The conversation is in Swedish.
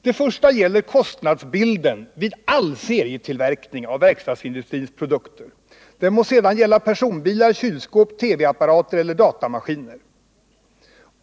Det första gäller kostnadsbilden vid all serietillverkning av verkstadsindustrins produkter, det må sedan gälla personbilar, kylskåp, TV-apparater eller datamaskiner.